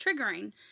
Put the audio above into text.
triggering